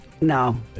No